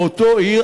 אותה עיר,